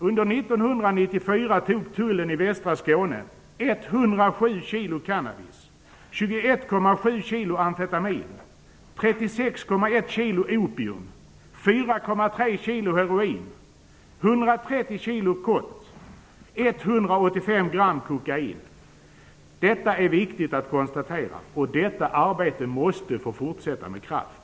Under 1994 tog tullen i västra Skåne Detta är viktigt att konstatera, och detta arbete måste få fortsätta med kraft.